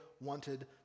wanted